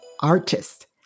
Artist